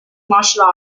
martial